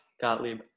Gottlieb